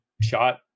shot